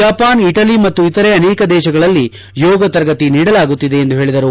Japan Italy ಮತ್ತು ಇತರೆ ಅನೇಕ ದೇಶಗಳಲ್ಲಿ ಯೋಗ ತರಗತಿ ನೀಡಲಾಗುತ್ತಿದೆ ಎಂದು ಹೇಳಿದರು